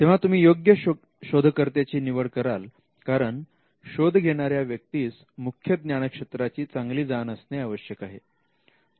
तेव्हा तुम्ही योग्य शोधकर्त्याची निवड कराल कारण शोध घेणाऱ्या व्यक्तीस मुख्य ज्ञानक्षेत्राची चांगली जाण असणे आवश्यक आहे